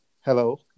hello